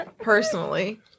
Personally